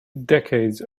decades